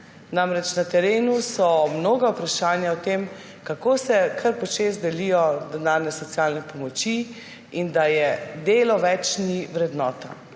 Na terenu so namreč mnoga vprašanja o tem, kako se kar počez delijo denarne socialne pomoči in da delo več ni vrednota,